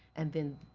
and then,